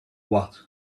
what